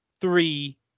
three